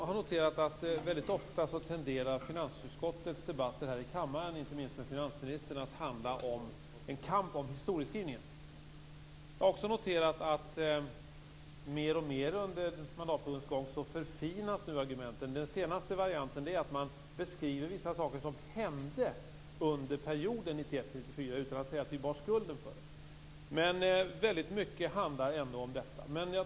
Herr talman! Jag har noterat att finansutskottets debatter här i kammaren, inte minst med finansministern, ofta tenderar att handla om en kamp om historieskrivningen. Jag har också noterat att argumenten förfinas mer och mer under mandatperiodens gång. Den senaste varianten är att man beskriver vissa saker som hände under perioden 1991-1994 utan att säga att vi bar skulden för det. Men väldigt mycket handlar ändå om detta.